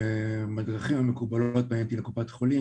בדרכים המקובלות פניתי לקופת חולים,